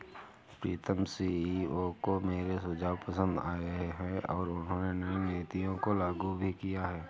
प्रीतम CEO को मेरे सुझाव पसंद आए हैं और उन्होंने नई नीतियों को लागू भी किया हैं